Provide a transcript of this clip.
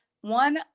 one